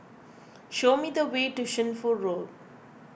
show me the way to Shunfu Road